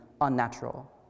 unnatural